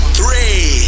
three